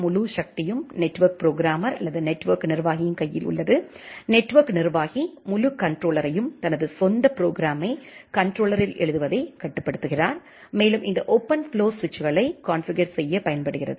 முழு சக்தியும் network programmer அல்லது நெட்வொர்க் நிர்வாகியின் கையில் உள்ளது நெட்வொர்க் நிர்வாகி முழு கண்ட்ரோலர்ரையும் தனது சொந்த ப்ரோக்ராமை கண்ட்ரோலர்ரில் எழுதுவதைக் கட்டுப்படுத்துகிறார் மேலும் இந்த ஓபன்ஃப்ளோ சுவிட்சுகளை கான்ஃபிகர் செய்ய பயன்படுகிறது